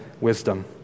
wisdom